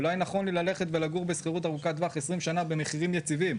אולי נכון לי ללכת לגור בשכירות ארוכת טווח במחירים יציבים?